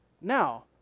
Now